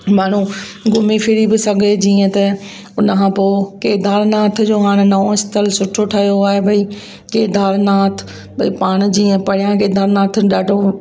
माण्हू घुमी फिरी बि सघे जीअं त हुन खां पोइ केदारनाथ जो हाणे नओं स्थल सुठो ठहियो आहे भई केदारनाथ भई पाणि जीअं परियां केदारनाथ ॾाढो